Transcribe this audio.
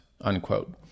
unquote